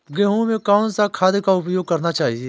गेहूँ में कौन सा खाद का उपयोग करना चाहिए?